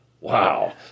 Wow